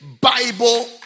Bible